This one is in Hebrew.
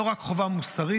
לא רק חובה מוסרית,